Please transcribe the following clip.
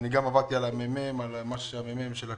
עברתי על המחקר של מרכז המחקר והמידע,